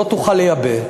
לא תוכל לייבא.